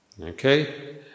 Okay